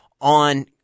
on